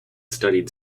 studied